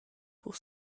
pour